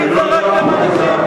עשירית זרקתם אנשים,